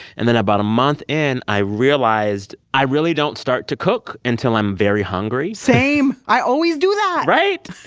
and then about a month in, i realized i really don't start to cook until i'm very hungry same. i always do that right?